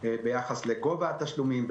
ביחס לגובה התשלומים,